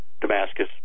Damascus